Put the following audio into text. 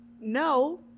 No